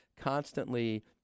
constantly